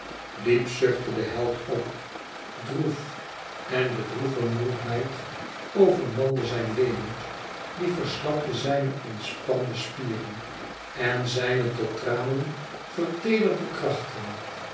diep zuchtte de held op droef en de droeve moêheid overmande zijn weemoed die verslapte zijne ontspande spieren en zijne tot tranen verteederde krachten